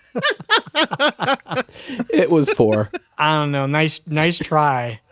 but it was four i don't know, nice nice try